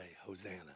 Hosanna